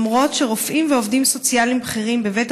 למרות שרופאים ועובדים סוציאליים בכירים בבית